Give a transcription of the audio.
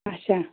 اَچھا